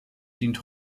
dient